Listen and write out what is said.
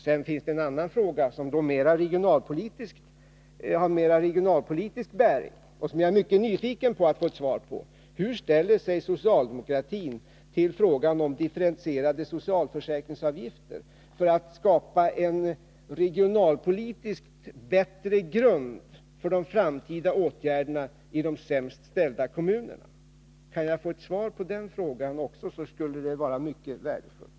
Det finns en annan fråga, som har mera regionalpolitisk bärighet och som jag är mycket nyfiken på att få var på: Hur ställer sig socialdemokratin till frågan om differentierade socialförsäkringsavgifter för att skapa en regionalpolitiskt bättre grund för de framtida åtgärderna i de sämst ställda kommunerna? Kunde jag få ett svar på den frågan också vore det mycket värdefullt.